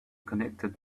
connected